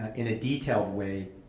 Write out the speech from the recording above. in a detailed way,